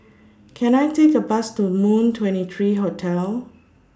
Can I Take A Bus to Moon twenty three Hotel